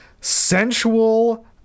sensual